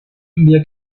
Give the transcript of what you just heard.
india